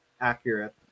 accurate